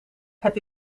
het